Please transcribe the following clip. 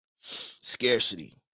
Scarcity